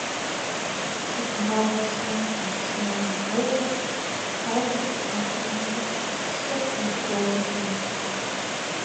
į pušimis apaugusią luksnėnų kalvą laidoti atveža iš viso klykūnų valsčiaus